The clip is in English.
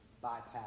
bypass